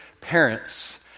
parents